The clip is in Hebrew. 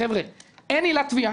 חבר'ה, אין עילת תביעה.